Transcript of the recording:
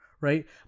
right